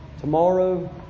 tomorrow